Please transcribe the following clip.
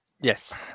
Yes